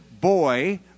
boy